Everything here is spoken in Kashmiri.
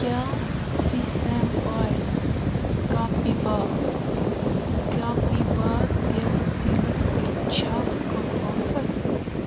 کیٛاہ سی سیم اۄیِل کاپِیوا کاپِیوا تیلہٕ تیٖلس پٮ۪ٹھ چھا کانٛہہ آفر